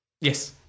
Yes